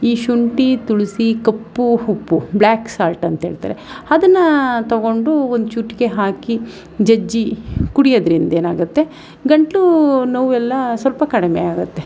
ಈ ಶುಂಠಿ ತುಳಸಿ ಕಪ್ಪು ಉಪ್ಪು ಬ್ಲ್ಯಾಕ್ ಸಾಲ್ಟ್ ಅಂತ್ಹೇಳ್ತಾರೆ ಅದನ್ನು ತೊಗೊಂಡು ಒಂದು ಚಿಟ್ಕೆ ಹಾಕಿ ಜಜ್ಜಿ ಕುಡಿಯೋದ್ರಿಂದ ಏನಾಗುತ್ತೆ ಗಂಟಲು ನೋವೆಲ್ಲ ಸ್ವಲ್ಪ ಕಡಿಮೆಯಾಗುತ್ತೆ